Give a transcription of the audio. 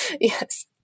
Yes